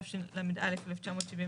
תשל"א-1971,